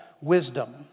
wisdom